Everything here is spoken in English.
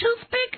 toothpick